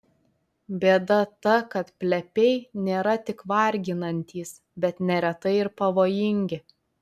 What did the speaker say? bėda ta kad plepiai nėra tik varginantys bet neretai ir pavojingi